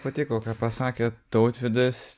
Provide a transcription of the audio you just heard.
patiko ką pasakė tautvydas